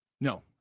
No